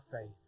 faith